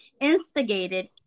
instigated